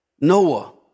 Noah